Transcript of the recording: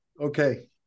Okay